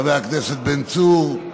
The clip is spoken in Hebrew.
חבר הכנסת בן צור,